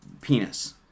penis